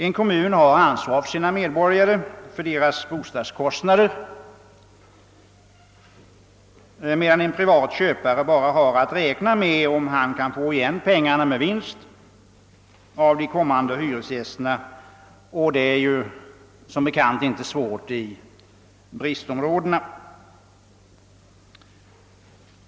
En kommun bär ansvaret för sina medborgares bostadskostnader, medan en privat köpare endast behöver räkna med huruvida han kan få igen pengarna med vinst av de blivande hyresgästerna, och detta är som bekant inte svårt i bristområdena.